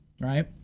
right